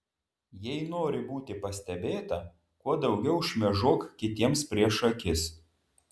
jei nori būti pastebėta kuo daugiau šmėžuok kitiems prieš akis